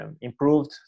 improved